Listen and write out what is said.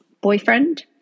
boyfriend